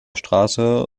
straße